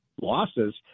losses